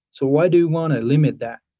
so why do you want to limit that?